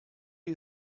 you